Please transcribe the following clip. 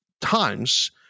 times